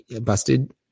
busted